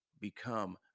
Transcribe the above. become